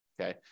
okay